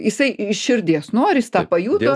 jisai iš širdies nori jis tą pajuto